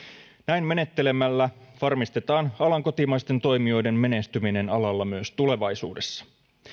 näin menettelemällä varmistetaan alan kotimaisten toimijoiden menestyminen alalla myös tulevaisuudessa